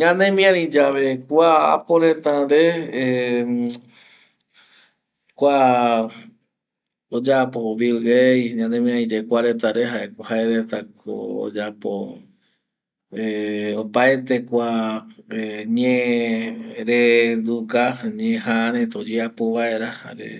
Ñanemiri yave kua apo reta re, kua oyapo vilguei ñanemiari yave kua reta re jae reta ko oyapo opaete kua hesitation ñee renduka, ñejaa reta oyeapo vaera jare